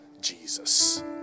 Jesus